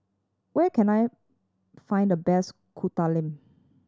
where can I find the best Kuih Talam